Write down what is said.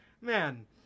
Man